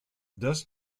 does